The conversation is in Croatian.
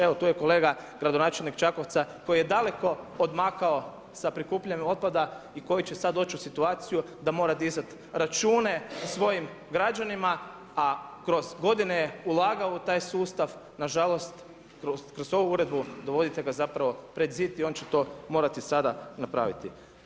Evo tu je kolega, gradonačelnik Čakovca koji je daleko odmakao sa prikupljanjem otpada i koji će sada doći u situaciju da mora dizati račune svojim građanima a kroz godine je ulagao u taj sustav, nažalost kroz ovu uredbu dovodite ga zapravo pred zid i on će to morati sada napraviti.